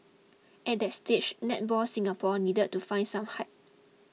at that stage Netball Singapore needed to find some height